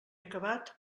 acabat